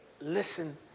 listen